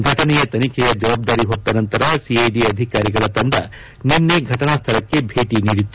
ಘಟನೆಯ ತನಿಖೆಯ ಜವಾಬ್ದಾರಿ ಹೊತ್ತ ನಂತರ ಸಿಐಡಿ ಅಧಿಕಾರಿಗಳ ತಂಡ ನಿನ್ನೆ ಘಟನಾ ಸ್ವಳಕ್ಕೆ ಭೇಟ ನೀಡಿತ್ತು